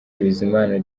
bizimana